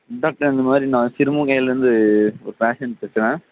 doctor இந்தமாதிரி நான் சிறுமுகைலேருந்து ஒரு பேஷண்ட் பேசுகிறேன்